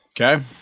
Okay